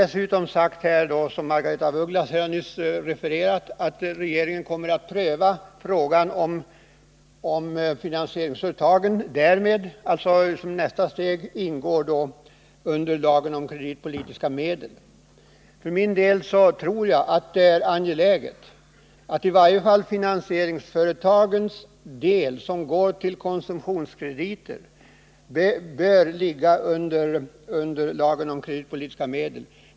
Såsom Margaretha af Ugglas refererade kommer regeringen att pröva frågan att som nästa steg låta finansieringsföretagen ingå under lagen om kreditpolitiska medel. För min del tror jag att det är angeläget att i varje fall den del av finansieringen som går till konsumtionskrediter bör ligga under lagen om kreditpolitiska medel.